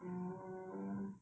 orh